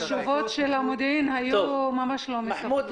התשובות של המודיעין היו ממש לא מספקות.